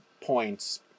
points